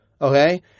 Okay